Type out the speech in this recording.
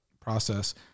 process